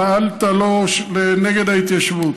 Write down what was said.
פעלת נגד ההתיישבות.